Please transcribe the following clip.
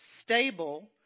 stable